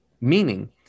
Meaning